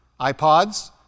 iPods